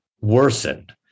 worsened